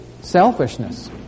selfishness